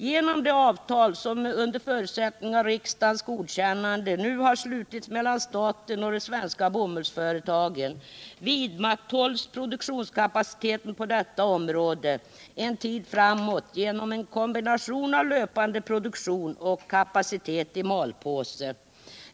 Genom det avtal som under förutsättning av riksdagens godkännande nu har slutits mellan staten och de svenska bomullsföretagen vidmakthålls produktionskapaciteten på detta område en tid framåt genom en kombination av löpande produktion och kapacitet i malpåse.